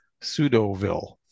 Pseudoville